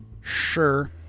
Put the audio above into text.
Sure